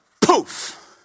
poof